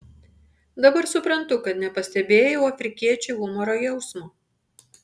dabar suprantu kad nepastebėjau afrikiečių humoro jausmo